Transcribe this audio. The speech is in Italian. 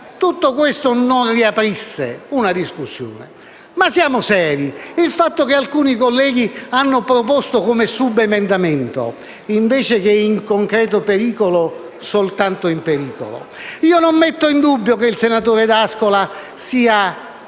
- si riaprisse una discussione. Ma siamo seri! Alcuni colleghi hanno proposto come subemendamento, invece che «in concreto pericolo» soltanto «in pericolo». Io non metto in dubbio che il senatore D'Ascola sia